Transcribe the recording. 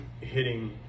hitting